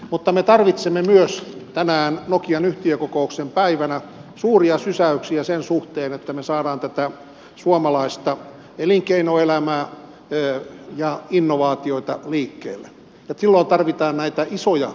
mutta me tarvitsemme myös tänään nokian yhtiökokouksen päivänä suuria sysäyksiä sen suhteen että me saamme tätä suomalaista elinkeinoelämää ja innovaatioita liikkeelle ja silloin tarvitaan näitä isoja ratkaisuja